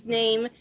name